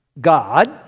God